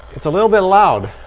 it's a little bit loud.